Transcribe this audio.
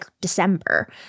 December